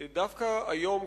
דווקא היום,